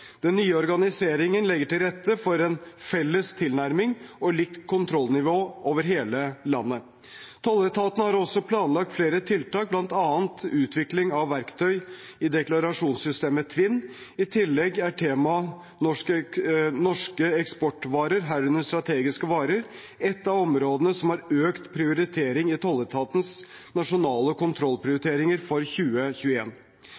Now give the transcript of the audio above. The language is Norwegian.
Den nye organiseringen legger til rette for en felles tilnærming og likt kontrollnivå over hele landet. Tolletaten har også planlagt flere tiltak, bl.a. utvikling av verktøy i deklarasjonssystemet TVINN. I tillegg er temaet norske eksportvarer, herunder strategiske varer, et av områdene som har økt prioritering i tolletatens nasjonale